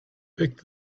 pick